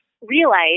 realize